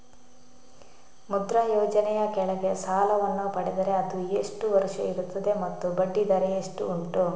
ಮುದ್ರಾ ಯೋಜನೆ ಯ ಕೆಳಗೆ ಸಾಲ ವನ್ನು ಪಡೆದರೆ ಅದು ಎಷ್ಟು ವರುಷ ಇರುತ್ತದೆ ಮತ್ತು ಬಡ್ಡಿ ದರ ಎಷ್ಟು ಉಂಟು?